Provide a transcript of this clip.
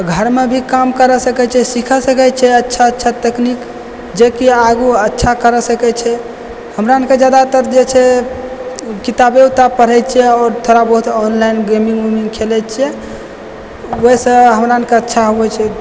घरमे भी काम करा सकै छै सिखा सकै छै अच्छा तकनीक जेकि आगु अच्छा करै सकै छै हमरा आनके जादातर जे छै किताबे उताब पढ़ै छियै आओर थोड़ा बहुत ऑनलाइन गेमिंग उमिंग खेलै छियै उहेसँ हमरा आनके अच्छा होइ छै